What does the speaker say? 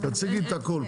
תקשיבו רגע.